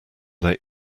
they